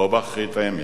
לא באחרית הימים.